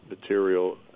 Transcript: material